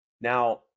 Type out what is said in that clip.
Now